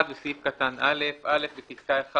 (1)בסעיף קטן (א) (א)בפסקה (1),